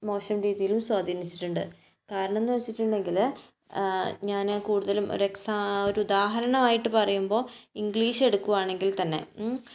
മോശം രീതിയിലും സ്വാധീനിച്ചിട്ടുണ്ട് കാരണമെന്ന് വെച്ചിട്ടുണ്ടെങ്കിൽ ഞാൻ കൂടുതലും ഒരു എക്സാം ഒരു ഉദാഹരണമായിട്ട് പറയുമ്പോൾ ഇംഗ്ലീഷ് എടുക്കുകയാണെങ്കിൽ തന്നെ മ്